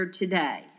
today